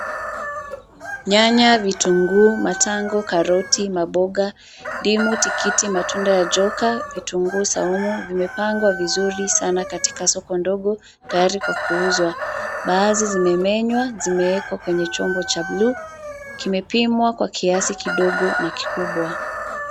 Nyanya, vitunguu, matango, karoti, maboga, ndimu, tikiti, matunda ya joka, kitunguu saumu, vimepangwa vizuri sana katika soko ndogo tayari kwa kuuzwa. Mbaazi zimemenywa zimewekwa kwenye chombo cha buluu, kimepimwa kwa kiasi kidogo na kikubwa.